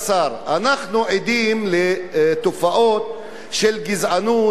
אנחנו עדים לתופעות של גזענות שהולכת